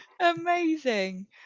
amazing